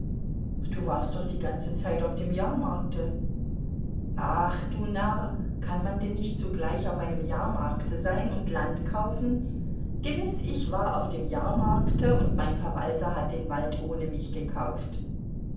du warst doch die ganze zeit auf dem jahrmarkte ach du narr kann man denn nicht zugleich auf einem jahrmarkte sein und land kaufen gewiß ich war auf dem jahrmarkte und mein verwalter hat den wald ohne mich gekauft